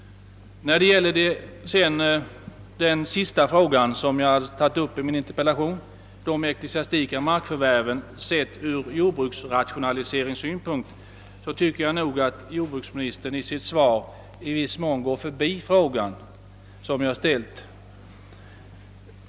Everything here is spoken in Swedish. När det gäller den sista fråga som jag tagit upp i min interpellation, spörsmålet om de ecklesiastika markförvärven sett ur jordbruksrationaliseringssynpunkt, tycker jag att jordbruksministern i sitt svar går förbi den fråga som jag ställt.